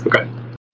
Okay